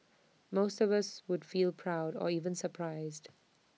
most of us would feel proud or even surprised